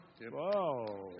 Whoa